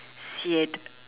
shit